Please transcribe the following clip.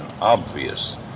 obvious